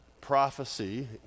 prophecy